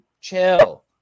chill